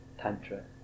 Tantra